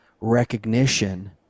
recognition